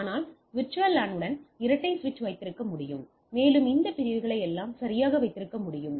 ஆனால் VLAN உடன் இரட்டை சுவிட்சை வைத்திருக்க முடியும் மேலும் இந்த பிரிவுகளை எல்லாம் சரியாக வைத்திருக்க முடியும்